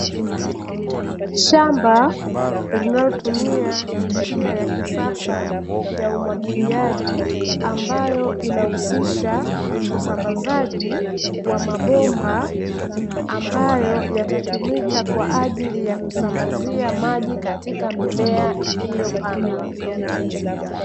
Shamba linalotumia njia ya kisasa ya umwagiliaji ambayo inahusisha usambazaji wa mabomba ambayo yatatumika kwa ajili ya kusambazia maji katika mimea iliyopandwa.